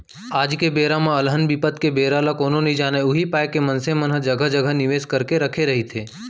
आज के बेरा म अलहन बिपत के बेरा ल कोनो नइ जानय उही पाय के मनसे मन ह जघा जघा निवेस करके रखे रहिथे